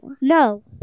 No